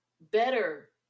better